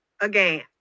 again